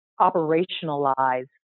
operationalize